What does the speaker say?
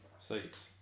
seats